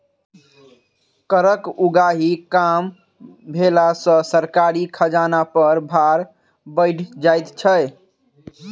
करक उगाही कम भेला सॅ सरकारी खजाना पर भार बढ़ि जाइत छै